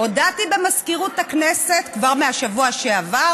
הודעתי במזכירות הכנסת כבר בשבוע שעבר